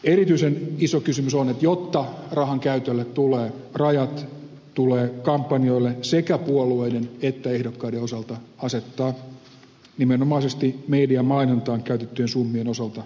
erityisen iso kysymys on että jotta rahankäytölle tulee rajat tulee kampanjoille sekä puolueiden että ehdokkaiden osalta asettaa nimenomaisesti mediamainontaan käytettyjen summien osalta selvät katot